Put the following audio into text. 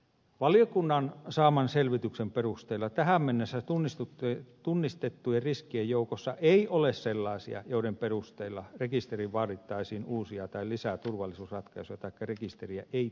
valiokunnan saaman selvityksen perusteella tähän mennessä tunnistettujen riskien joukossa ei ole sellaisia joiden perusteella rekisteriin vaadittaisiin uusia tai lisää turvallisuusratkaisuja taikka rekisteriä ei tulisi ottaa käyttöön